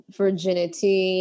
virginity